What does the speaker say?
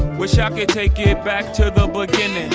wish i could take it back to ah beginning